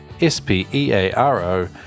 S-P-E-A-R-O